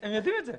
יודעים על כך.